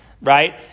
right